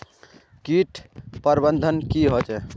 किट प्रबन्धन की होचे?